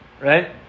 Right